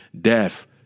death